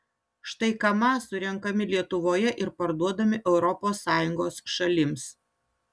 štai kamaz surenkami lietuvoje ir parduodami europos sąjungos šalims